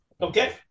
Okay